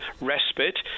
respite